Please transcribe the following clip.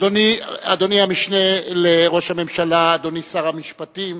אדוני המשנה לראש הממשלה, אדוני שר המשפטים,